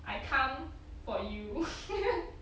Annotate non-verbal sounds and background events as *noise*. I come for you *laughs*